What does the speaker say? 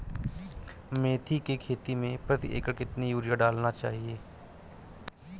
मेथी के खेती में प्रति एकड़ कितनी यूरिया डालना चाहिए?